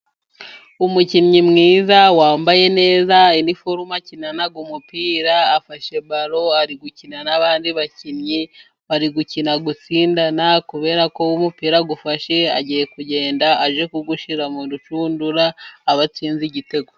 Umukinnyi mwiza wambaye neza iniforume akinana umupira afashe balo, ari gukina n'abandi bakinnyi bari gukina gutsindana, kubera ko umupira awufashe agiye kugenda age kuwushira mu rushundura abe atsinze igitego.